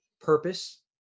purpose